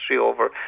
over